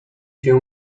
się